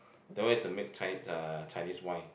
that one is the mix Chi~ uh Chinese wine